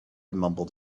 mumbled